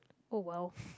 oh !wow!